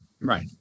Right